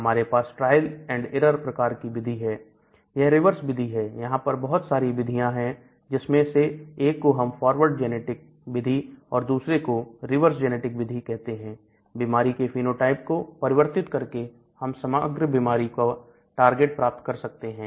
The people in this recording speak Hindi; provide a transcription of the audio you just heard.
हमारे पास ट्रायल एंड एरर प्रकार की विधि है यह रिवर्स विधि है यहां पर बहुत सारी विधियां हैं जिसमें से एक को हम फॉरवर्ड जेनेटिक विधि और दूसरे को रिवर्स जेनेटिक विधि कहते हैं बीमारी के फेनोटाइप को परिवर्तित करके हम सामग्र बीमारी का टारगेट प्राप्त कर सकते हैं